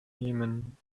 jemen